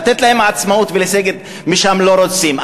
לתת להם עצמאות ולסגת משם, לא רוצים.